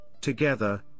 together